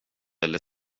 eller